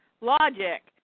logic